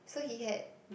so he had